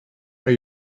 are